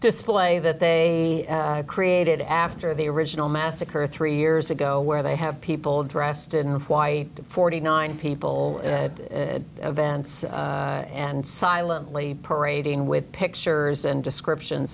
display that they created after the original massacre three years ago where they have people dressed in white forty nine people in advance and silently parading with pictures and descriptions